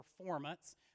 performance